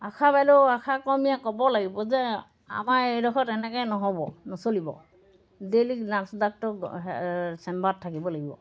আশা বাইদেউ আশা কৰ্মীয়ে ক'ব লাগিব যে আমাৰ এইডোখৰত এনেকৈ নহ'ব নচলিব ডেইলি নাৰ্ছ ডাক্তৰ চেম্বাৰত থাকিব লাগিব